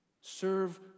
Serve